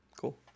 Cool